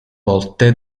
volte